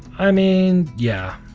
i mean, yeah.